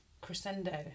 crescendo